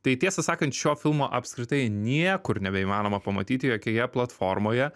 tai tiesą sakant šio filmo apskritai niekur nebeįmanoma pamatyti jokioje platformoje